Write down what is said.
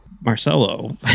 Marcelo